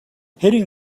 hitting